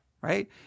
Right